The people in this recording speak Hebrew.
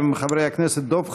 הם חברי הכנסת דב חנין,